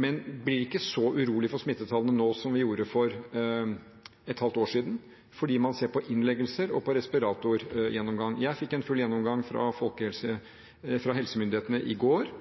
men blir ikke så urolige over smittetallene nå som vi gjorde for et halvt år siden, fordi man ser på innleggelser og på respiratorbehandling. Jeg fikk en full gjennomgang fra helsemyndighetene i går